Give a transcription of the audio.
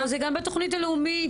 זה גם בתוכנית הלאומית.